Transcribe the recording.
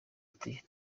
ati